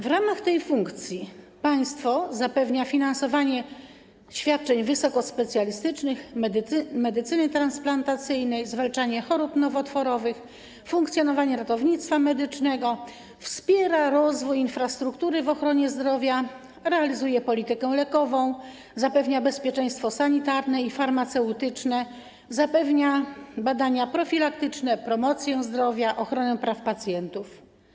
W ramach tej funkcji państwo zapewnia finansowanie świadczeń wysokospecjalistycznych, medycyny transplantacyjnej, zwalczanie chorób nowotworowych, funkcjonowanie ratownictwa medycznego, wspiera rozwój infrastruktury w ochronie zdrowia, realizuje politykę lekową, zapewnia bezpieczeństwo sanitarne i farmaceutyczne, zapewnia badania profilaktyczne, promocję zdrowia, ochronę praw pacjentów.